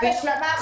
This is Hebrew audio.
רק השלמה אחת.